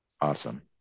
Awesome